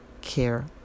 care